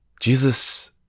jesus